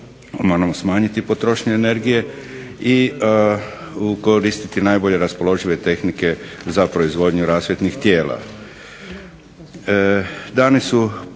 Hvala vam